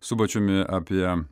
subačiumi apie